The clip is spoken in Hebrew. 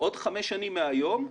עוד חמש שנים מהיום,